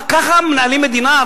מה, ככה מנהלים מדינה?